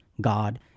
God